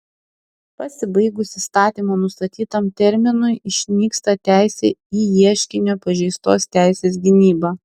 pasibaigus įstatymo nustatytam terminui išnyksta teisė į ieškinio pažeistos teisės gynybą